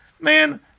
man